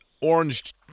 orange